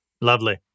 Lovely